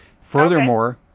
Furthermore